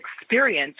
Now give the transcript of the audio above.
experience